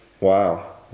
Wow